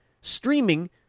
streaming